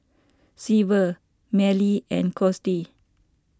Severt Millie and Cos D